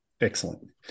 Excellent